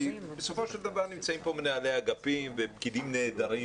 כי בסופו של דבר נמצאים כאן מנהלי אגפים ופקידים נהדרים